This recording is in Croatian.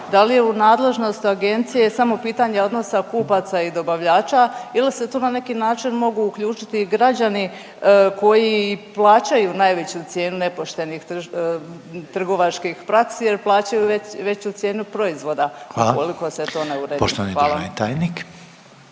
da li je u nadležnosti agencije samo pitanje odnosa kupaca i dobavljača ili se tu na neki način mogu uključiti i građani koji plaćaju najveću cijenu nepoštenih trgovačkih praksi jer plaćaju veću cijenu proizvoda ukoliko … …/Upadica Željko Rener: Hvala./…